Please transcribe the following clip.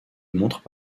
montrent